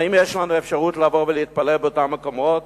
האם יש לנו אפשרות לבוא ולהתפלל באותם מקומות?